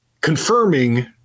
confirming